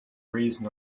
reason